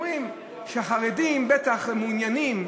אומרים שהחרדים בטח מעוניינים.